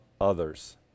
others